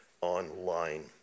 online